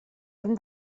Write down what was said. hem